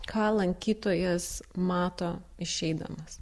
ką lankytojas mato išeidamas